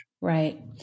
Right